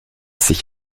sich